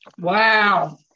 Wow